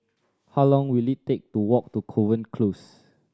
how long will it take to walk to Kovan Close